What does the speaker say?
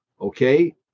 okay